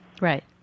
Right